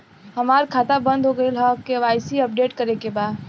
हमार खाता बंद हो गईल ह के.वाइ.सी अपडेट करे के बा?